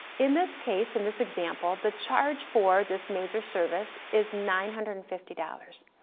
in this case, in this example, the charge for this major service is nine hundred and fifty dollars.